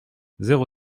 zéro